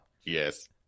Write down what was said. Yes